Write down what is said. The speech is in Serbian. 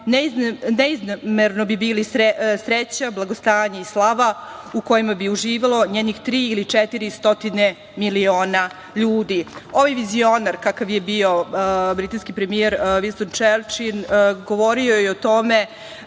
neizmerni bi bili sreća, blagostanje i slava u kojima bi uživalo njenih tri ili četiri stotine miliona ljudi“.Ovaj vizionar, kakav je bio britanski premijer Vinston Čerčil, govorio je o tome